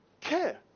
Care